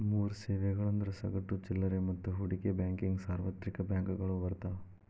ಮೂರ್ ಸೇವೆಗಳಂದ್ರ ಸಗಟು ಚಿಲ್ಲರೆ ಮತ್ತ ಹೂಡಿಕೆ ಬ್ಯಾಂಕಿಂಗ್ ಸಾರ್ವತ್ರಿಕ ಬ್ಯಾಂಕಗಳು ಬರ್ತಾವ